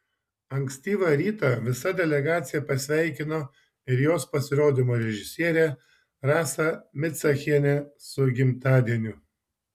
ankstyvą rytą visa delegacija pasveikino ir jos pasirodymo režisierę rasą micachienę su gimtadieniu